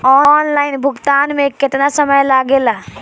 Online भुगतान में केतना समय लागेला?